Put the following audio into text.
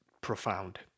profound